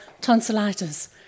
tonsillitis